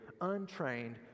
untrained